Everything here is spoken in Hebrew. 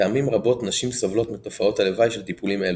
פעמים רבות נשים סובלות מתופעות הלוואי של טיפולים אלו.